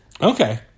Okay